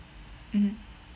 mm